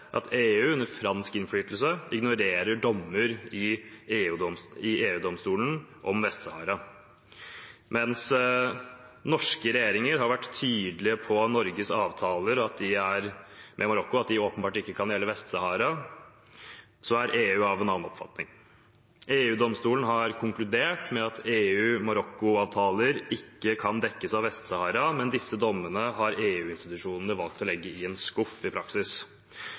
at EU under fransk innflytelse ignorerer dommer i EU-domstolen om Vest-Sahara. Mens norske regjeringer har vært tydelige på at Norges avtaler med Marokko åpenbart ikke kan gjelde Vest-Sahara, er EU av en annen oppfatning. EU-domstolen har konkludert med at EU–Marokko-avtaler ikke kan dekkes av Vest-Sahara, men disse dommene har EU-institusjonene i praksis valgt å legge i en skuff. Jeg stilte i